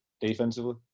defensively